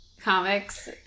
comics